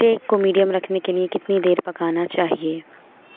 سٹیک کو میڈئیم رکھنے کے لیے کتنی دیر پکانا ہے